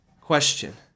question